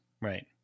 right